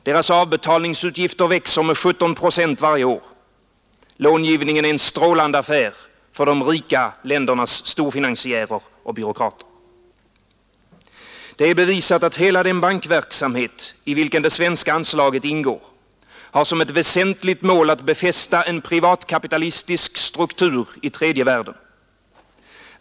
Deras avbetalningsutgifter växer med 17 procent varje år. Långivningen är en strålande affär för de rika ländernas storfinansiärer och byråkrater. Det är bevisat, att hela den bankverksamhet i vilken det svenska anslaget ingår, har som ett väsentligt mål att befästa en privatkapitalistisk struktur i tredje världen.